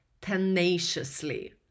tenaciously